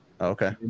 Okay